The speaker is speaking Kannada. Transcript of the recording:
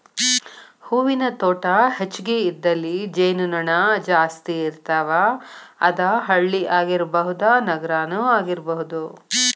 ಹೂವಿನ ತೋಟಾ ಹೆಚಗಿ ಇದ್ದಲ್ಲಿ ಜೇನು ನೊಣಾ ಜಾಸ್ತಿ ಇರ್ತಾವ, ಅದ ಹಳ್ಳಿ ಆಗಿರಬಹುದ ನಗರಾನು ಆಗಿರಬಹುದು